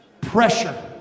pressure